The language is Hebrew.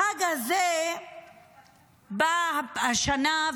החג הזה בא השנה,